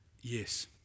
Yes